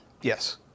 Yes